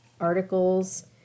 articles